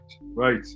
Right